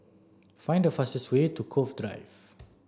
find the fastest way to Cove Drive